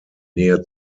nähe